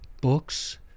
books